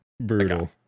Brutal